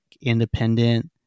independent